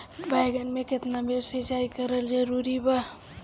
बैगन में केतना बेर सिचाई करल जरूरी बा?